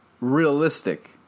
realistic